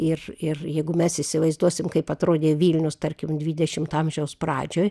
ir ir jeigu mes įsivaizduosim kaip atrodė vilnius tarkim dvidešimto amžiaus pradžioj